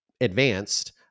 advanced